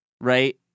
right